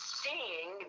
seeing